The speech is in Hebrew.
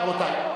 עכשיו, רבותי.